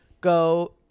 go